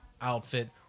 outfit